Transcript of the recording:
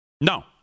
No